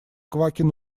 квакин